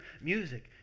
music